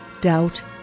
doubt